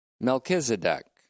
Melchizedek